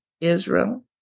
Israel